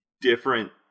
different